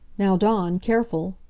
now, dawn, careful!